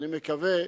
אני מקווה,